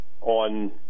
on